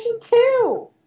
two